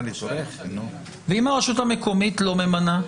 ואם הרשות המקומית לא ממנה?